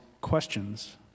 questions